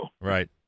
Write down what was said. Right